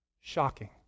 Shocking